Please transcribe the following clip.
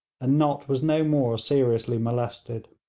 and nott was no more seriously molested.